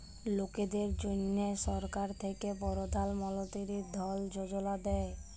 লকদের জ্যনহে সরকার থ্যাকে পরধাল মলতিরি ধল যোজলা দেই